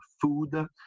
food